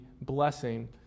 blessing